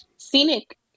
scenic